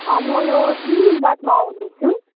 म यो तिन दिन बादमा आउँदैछु